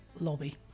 lobby